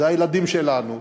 אלה הילדים שלנו,